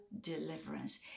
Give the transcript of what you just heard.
deliverance